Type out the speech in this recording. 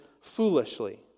foolishly